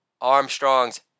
Armstrong's